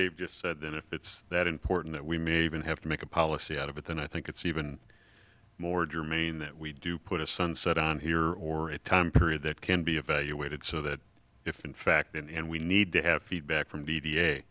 dave just said that if it's that important that we may even have to make a policy out of it then i think it's even more germane that we do put a sunset on here or a time period that can be evaluated so that if in fact and we need to have feedback from d d a